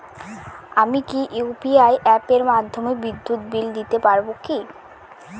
আমি কি ইউ.পি.আই অ্যাপের মাধ্যমে বিদ্যুৎ বিল দিতে পারবো কি?